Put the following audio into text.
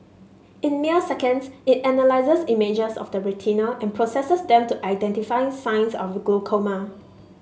in mere seconds it analyses images of the retina and processes them to identify signs of the glaucoma